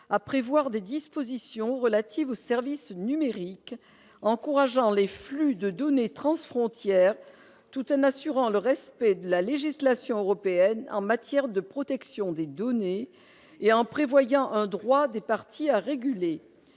à prévoir des dispositions relatives aux services numériques, encourageant les flux de données transfrontière, tout en assurant le respect de la législation européenne en matière de protection des données et en prévoyant un droit des partis à réguler